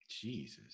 Jesus